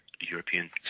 European